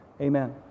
Amen